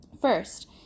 First